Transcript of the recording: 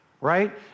right